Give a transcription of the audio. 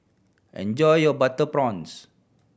enjoy your butter prawns